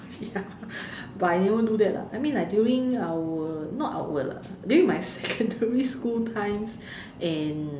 ya but I never do that lah I mean like during our not our lah during my secondary school times and